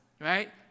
right